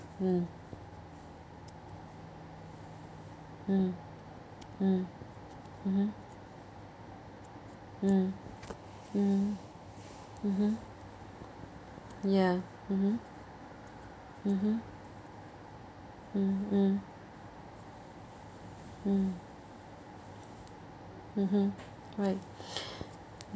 mm mm mm mmhmm mm mm mmhmm ya mmhmm mmhmm mm mm mm mmhmm right